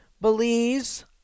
Belize